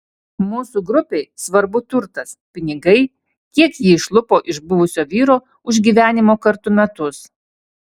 mūsų grupei svarbu turtas pinigai kiek ji išlupo iš buvusio vyro už gyvenimo kartu metus